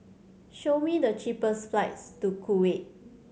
show me the cheapest flights to Kuwait